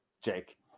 Jake